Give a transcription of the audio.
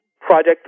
project